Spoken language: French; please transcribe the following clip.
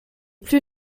plus